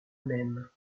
même